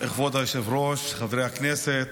כבוד היושב-ראש, חברי הכנסת,